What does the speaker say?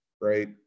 right